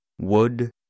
wood